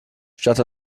statt